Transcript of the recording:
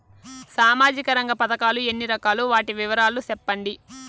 సామాజిక రంగ పథకాలు ఎన్ని రకాలు? వాటి వివరాలు సెప్పండి